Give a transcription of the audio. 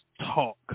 talk